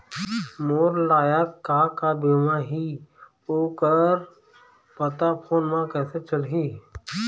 मोर लायक का का बीमा ही ओ कर पता फ़ोन म कइसे चलही?